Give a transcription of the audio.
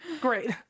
Great